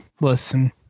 listen